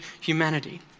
humanity